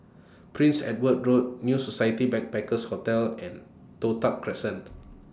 Prince Edward Road New Society Backpackers Hotel and Toh Tuck Crescent